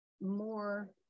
more